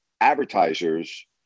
advertisers